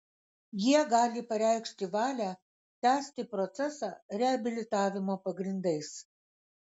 jie gali pareikšti valią tęsti procesą reabilitavimo pagrindais